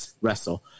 wrestle